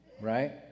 Right